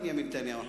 בנימין נתניהו,